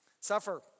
Suffer